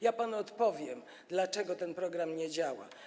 Ja panu odpowiem, dlaczego ten program nie działa.